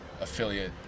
affiliate